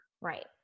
right